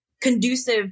conducive